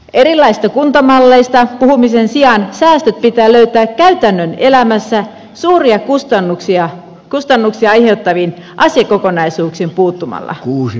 erilaisista kuntamalleista puhumisen sijaan säästöt pitää löytää käytännön elämässä suuria kustannuksia aiheuttaviin asiakokonaisuuksiin puuttumalla